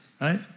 right